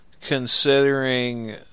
considering